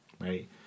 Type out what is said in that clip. right